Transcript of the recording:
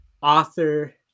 author